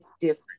different